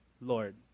Lord